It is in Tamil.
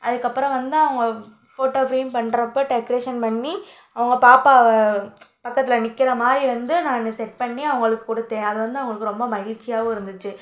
அதுக்கப்பறம் வந்து அவங்க ஃபோட்டா ஃப்ரேம் பண்ணுறப்ப டெக்ரேஷன் பண்ணி அவங்க பாப்பாவை பக்கத்தில் நிற்கிற மாதிரி வந்து நான் செட் பண்ணி அவங்களுக்கு கொடுத்தேன் அது வந்து அவங்களுக்கு ரொம்ப மகிழ்ச்சியாவும் இருந்துச்சு